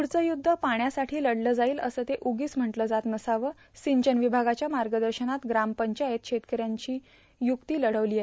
प्ढचं युद्ध पाण्यासाठी लढलं जाईलं असं ते उगीचं म्हटलं जात नसावं संचन विभागाच्या मागदशनात ग्रामंपचायत शेतकऱ्यांशी युक्ती लढवलीय